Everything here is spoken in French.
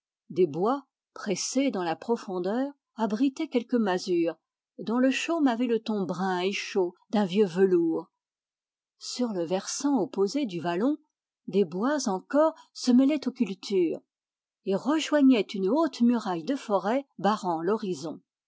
des bois pressés dans la profondeur abritaient quelques masures dont le chaume avait le ton brun et chaud d'un vieux velours sur le versant opposé du vallon des bois encore se mêlaient aux cultures et rejoignaient une haute muraille de forêts barrant l'horizon